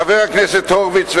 חבר הכנסת הורוביץ,